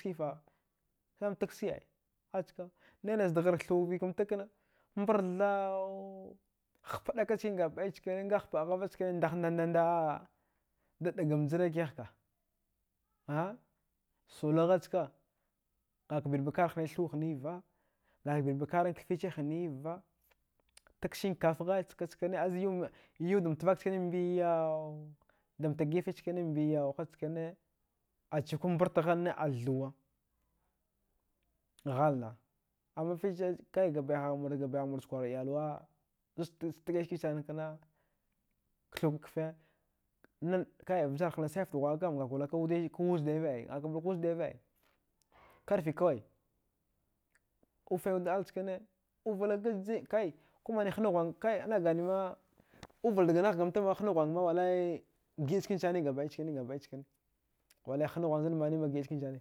Chacham tagskifa chacham tagski ai aska naina zdghar thu zɗikamta kna mbarthau hpaɗaka chkine gabɗai chkine nga hpaɗghava chkine ndah ndan ndandaa daɗgam jra kihka solagha ska ngaka birbagakar hnin thu hniva ngaka birbakaran kfichi hniva tagsinkafgha ska chkina ayau yaudamtavak chkane mbiyau damta gifi chkane mbiyau ha chkane achikwa mbart ghanne a thuwa ghalna amma fiche kai gabaihaghmur gabaiyaghmur chakwar iyawa astada tgai ski sana kna kthuka kfee kai nan vjarhana sai fta ghwa. a kam ngaka blak kaudai ngaka blak wujdava ai karfi kawai ufaiwud al chkane uvala gajjin kai kumani hna ghuwag kai ana ganima aval dganahkamta hna ghwanganma wallai giɗa chkinsani gabɗai chkine gabɗai chkine wallai hna ghuwanzan manaima giɗa chkinsane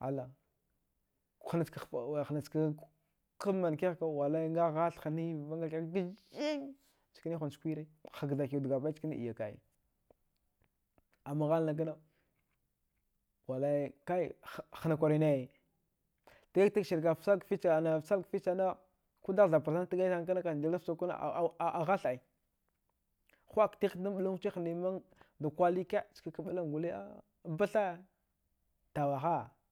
allah hnachka hpaɗa hanachka komankihaka wallai nga ghath hniva nga kihava gajjing chkane hunj kwire hagdaki wuda gabɗai chkane iyaka ai amma ghalna kna wallai kai hna kwarwinai tgakitagtar anaftsalga fich ana fsalgafich sana kodagh thabart sana kandildaft fchuk kana a au ghath ai chuwa. aktighta dan alugchi hnima, da kwarike skak alung golee batha tawaha